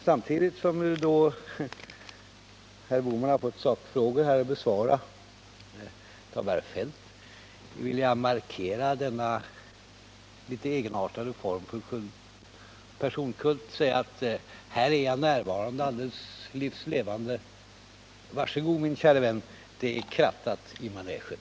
Samtidigt som herr Bohman ju fått sakfrågor att besvara — av herr Feldt — vill jag markera denna litet egenartade form av personkult och säga: Här är jag närvarande alldeles livs levande. Var så god, min käre vän, det är krattat i manegen.